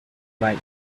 life